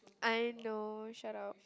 I know shut up